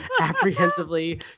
apprehensively